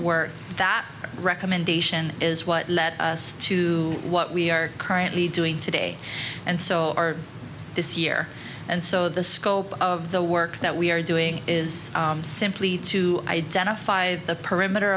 work that recommendation is what led us to what we are currently doing today and so far this year and so the scope of the work that we are doing is is simply to identify the perimeter